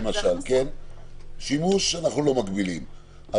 שימוש אנחנו לא מגבילים,